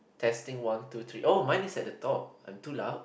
testing one two three oh mine is at the top I'm too loud